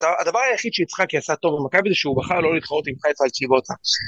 הדבר היחיד שיצחקי עשה טוב במכבי זה שהוא בחר לא להתחרות עם חיפה על צ'יבוטה